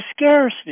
scarcity